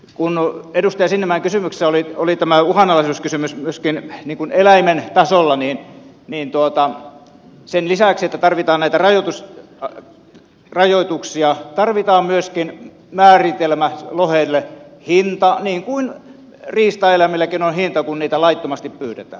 kun edustaja sinnemäen kysymyksessä oli tämä uhanalaisuuskysymys myöskin eläimen tasolla niin sen lisäksi että tarvitaan näitä rajoituksia tarvitaan myöskin määritelmä lohelle hinta niin kuin riistaeläimilläkin on hinta kun niitä laittomasti pyydetään